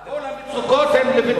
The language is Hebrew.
אתה שר הרווחה, כל המצוקות הן לפתחך.